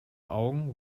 augen